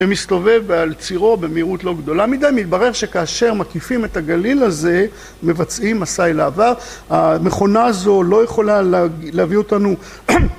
ומסתובב על צירו במהירות לא גדולה מדי, מלברר שכאשר מקיפים את הגליל הזה, מבצעים מסע אל העבר, המכונה הזו לא יכולה להביא אותנו